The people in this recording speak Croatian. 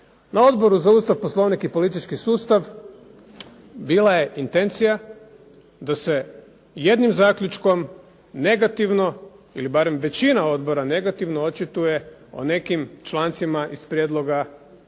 Na Odboru za Ustav, Poslovnik i politički sustav bila je intencija da se jednim zaključkom negativno ili barem većina odbora negativno očituje o nekim člancima iz prijedloga